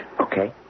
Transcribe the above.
Okay